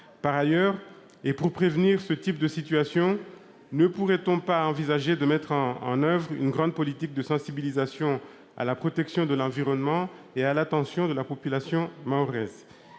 Par ailleurs, pour prévenir ce type de situation, ne pourrait-on envisager de mettre en oeuvre une grande politique de sensibilisation à la protection de l'environnement à l'attention de la population mahoraise ?